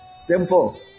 Simple